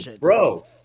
bro